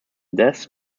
death